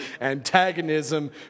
antagonism